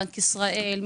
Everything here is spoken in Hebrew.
בנק ישראל?